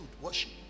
Worship